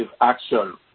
action